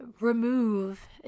remove